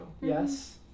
yes